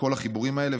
כל החיבורים האלה,